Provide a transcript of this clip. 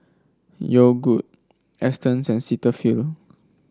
Yogood Astons and Cetaphil